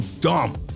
dumb